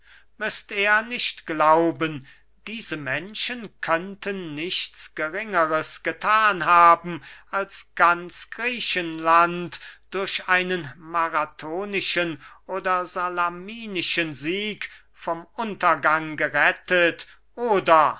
müßt er nicht glauben diese menschen könnten nichts geringeres gethan haben als ganz griechenland durch einen marathonischen oder salaminischen sieg vom untergang gerettet oder